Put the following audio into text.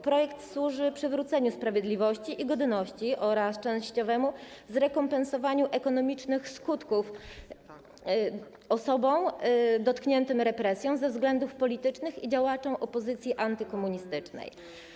Projekt służy przywróceniu sprawiedliwości i godności oraz częściowemu zrekompensowaniu ekonomicznych skutków osobom dotkniętym represjami ze względów politycznych i działaczom opozycji antykomunistycznej.